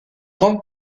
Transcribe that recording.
grande